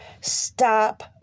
Stop